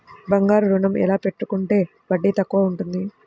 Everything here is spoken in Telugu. బంగారు ఋణం ఎలా పెట్టుకుంటే వడ్డీ తక్కువ ఉంటుంది?